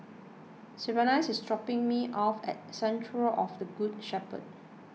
Sylvanus is dropping me off at Cathedral of the Good Shepherd